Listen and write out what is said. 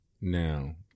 Now